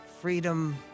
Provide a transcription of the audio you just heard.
freedom